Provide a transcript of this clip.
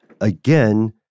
again